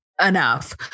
enough